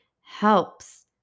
helps